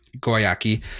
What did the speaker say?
Goyaki